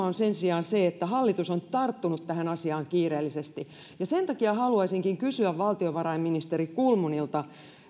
on sen sijaan se että hallitus on tarttunut tähän asiaan kiireellisesti sen takia haluaisinkin kysyä valtiovarainministeri kulmunilta